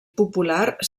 popular